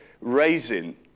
raising